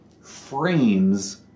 frames